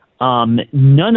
none